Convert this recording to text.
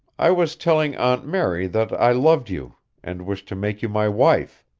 i was telling aunt mary that i loved you and wished to make you my wife.